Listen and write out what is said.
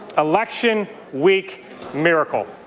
election week miracle.